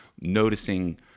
noticing